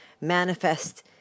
manifest